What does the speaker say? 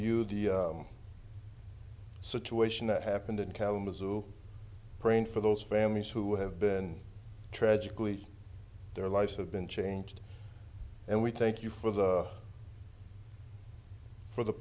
you the situation that happened in kalamazoo praying for those families who have been tragically their lives have been changed and we thank you for the for the